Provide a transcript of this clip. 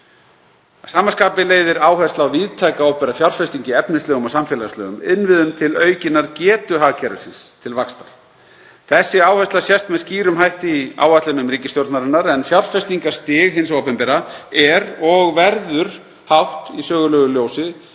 Að sama skapi leiðir áhersla á víðtæka opinbera fjárfestingu í efnislegum og samfélagslegum innviðum til aukinnar getu hagkerfisins til vaxtar. Þessi áhersla kemur skýrt fram í áætlunum ríkisstjórnarinnar, en fjárfestingarstig hins opinbera er og verður hátt í sögulegu ljósi